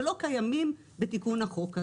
שלא קיימים בתיקון החוק הזה.